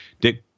Dick